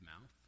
mouth